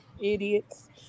Idiots